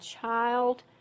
child